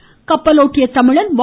C கப்பலோட்டிய தமிழன் வ